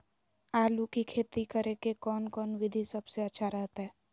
आलू की खेती करें के कौन कौन विधि सबसे अच्छा रहतय?